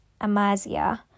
Amazia